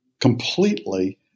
completely